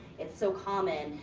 it's so common.